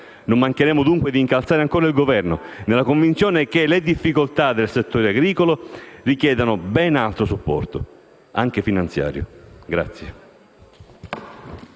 Non mancheremo dunque di incalzare ancora il Governo nella convinzione che le difficoltà del settore agricolo richiedano ben altro supporto, anche finanziario.